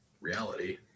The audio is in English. reality